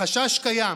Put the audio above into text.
החשש קיים.